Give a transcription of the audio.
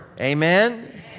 Amen